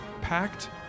packed